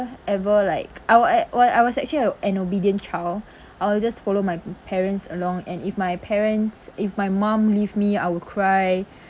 ever like I wa~ when I was actually a an obedient child I'll just follow my parents along and if my parents if my mum leave me I will cry